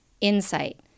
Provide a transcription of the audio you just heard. insight